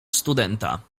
studenta